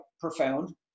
profound